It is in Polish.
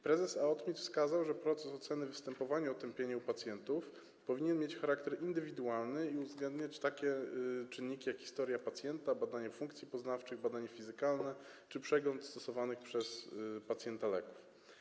Prezes AOTMiT wskazał, że proces oceny występowania otępienia u pacjentów powinien mieć charakter indywidualny i uwzględniać takie czynniki, jak historia pacjenta, badanie funkcji poznawczych, badanie fizykalne czy przegląd stosowanych przez pacjenta leków.